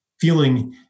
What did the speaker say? feeling